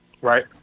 right